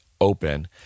open